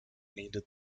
needed